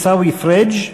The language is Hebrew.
חבר הכנסת עיסאווי פריג',